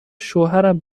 شوهرم